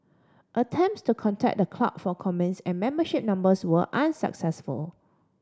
attempts to contact the club for comments and membership numbers were unsuccessful